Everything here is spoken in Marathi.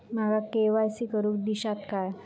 माका के.वाय.सी करून दिश्यात काय?